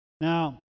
Now